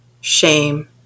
shame